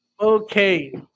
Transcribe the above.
Okay